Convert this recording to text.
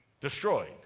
destroyed